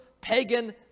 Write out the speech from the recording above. pagan